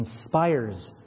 inspires